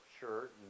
shirt